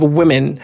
women